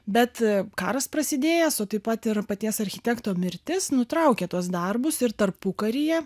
bet karas prasidėjęs o taip pat ir paties architekto mirtis nutraukė tuos darbus ir tarpukaryje